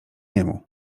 niemu